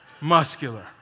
muscular